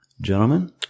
Gentlemen